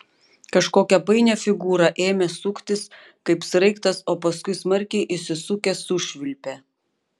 kažkokią painią figūrą ėmė suktis kaip sraigtas o paskui smarkiai įsisukęs sušvilpė